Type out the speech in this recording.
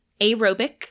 aerobic